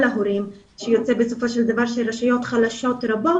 ההורים שיוצא בסופו של דבר שרשויות חלשות רבות